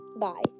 Bye